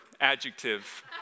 adjective